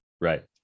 right